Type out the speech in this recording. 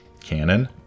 canon